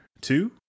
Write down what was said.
two